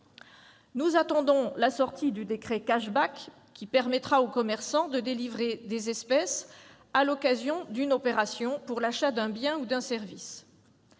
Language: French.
Nous attendons la sortie du décret relatif au «», qui permettra aux commerçants de délivrer des espèces à l'occasion d'une opération pour l'achat d'un bien ou d'un service.